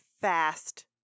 fast